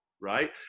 right